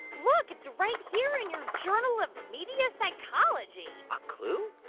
look. it's right here in your journal of media psychology a clue?